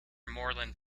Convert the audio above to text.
moreland